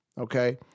Okay